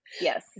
Yes